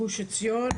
גוש עציון,